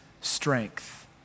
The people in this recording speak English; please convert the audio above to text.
strength